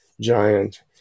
giant